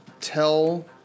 tell